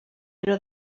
però